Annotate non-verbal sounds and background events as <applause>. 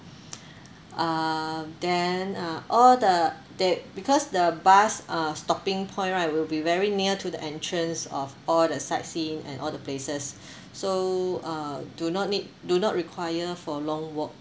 <noise> uh then uh all the they because the bus uh stopping point right will be very near to the entrance of all the sightseeing and all the places so uh do not need do not require for long walk